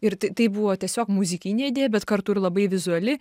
ir tai tai buvo tiesiog muzikinė idėja bet kartu ir labai vizuali